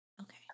Okay